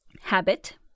habit